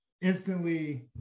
instantly –